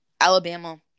Alabama